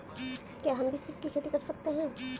क्या हम भी सीप की खेती कर सकते हैं?